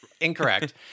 incorrect